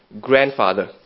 grandfather